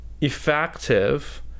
effective